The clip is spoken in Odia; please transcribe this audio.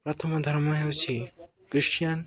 ପ୍ରଥମ ଧର୍ମ ହେଉଛି ଖ୍ରୀଷ୍ଟିୟାନ୍